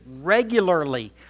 regularly